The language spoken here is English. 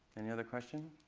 any other question?